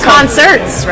Concerts